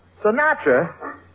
Sinatra